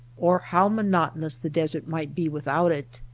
or how monotonous the desert might be without it.